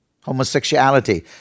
homosexuality